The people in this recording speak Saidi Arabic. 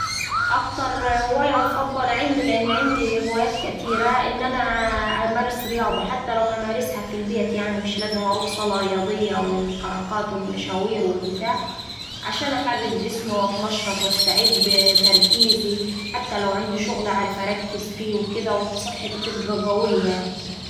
أكتر هواية مفضلة عندي لأن عندي هوايات كتيرة إن أنا أمارس رياضة حتى لو همارسها في البيت يعني مش لازم أروح صالة رياضية والحركات والمشاوير والبتاع عشان أحرك جسمي وأتنشط وأستعد تركيزي حتى لو عندي شغل أعرف أركز فيه وكدا وصحتي تبقا قوية يعني.